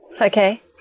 okay